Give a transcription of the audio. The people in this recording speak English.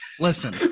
Listen